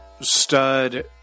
Stud